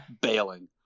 bailing